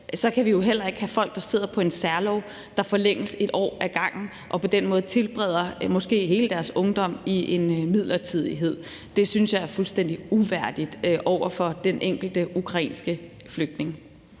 så kan vi jo heller ikke have folk, der er her på en særlov, der forlænges et år ad gangen, og som på den måde tilbringer hele deres ungdom i en midlertidighed. Det synes jeg er fuldstændig uværdigt over for den enkelte ukrainske flygtning.